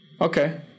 Okay